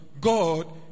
God